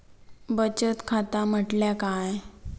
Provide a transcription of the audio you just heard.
बचत खाता म्हटल्या काय?